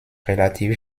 relativ